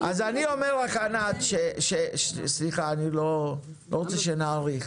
אז אני אומר לך, ענת סליחה, אני לא רוצה שנאריך